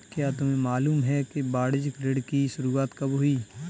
क्या तुम्हें मालूम है कि वाणिज्य ऋण की शुरुआत कब हुई?